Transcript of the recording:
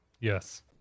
Yes